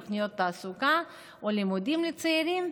תוכניות תעסוקה או לימודים לצעירים,